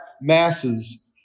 masses